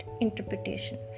interpretation